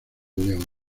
león